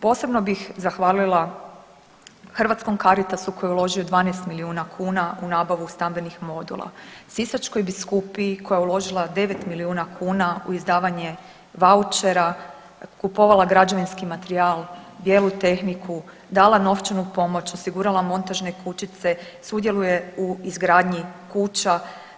Posebno bih zahvalila Hrvatskom Caritasu koji je uložio 12 milijuna kuna u nabavu stambenih modula, Sisačkoj biskupiji koja je uložila 9 milijuna kuna u izdavanje vaučera, kupovala građevinski materijal, bijelu tehniku, dala novčanu pomoć, osigurala montažne kućice, sudjeluje u izgradnji kuća.